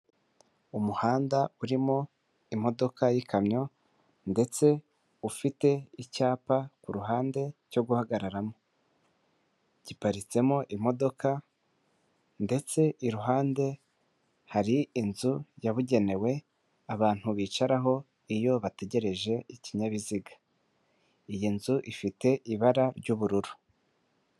Umuhanda urimo imodoka y'ikamyo ndetse ufite icyapa kuruhande cyo guhagararamo; giparitsemo imodoka ndetse iruhande hari inzu yabugenewe abantu bicaraho iyo bategereje ikinyabiziga. Iyi nzu ifite ibara ry'ubururu.